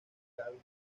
goldman